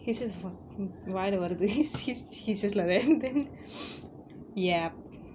he says வாயில வருது:vaayila varuthu this he says like that then ya